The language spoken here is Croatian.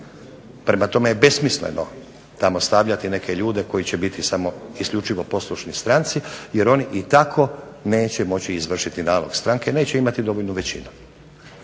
Prema tome je besmisleno tamo stavljati neke ljude koji će biti samo i isključivo poslušni stranci jer oni i tako neće moći izvršiti nalog stranke, neće imati dovoljnu većinu.